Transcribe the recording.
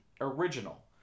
original